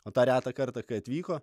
o tą retą kartą kai atvyko